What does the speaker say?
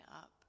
up